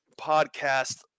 podcast